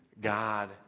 God